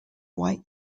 white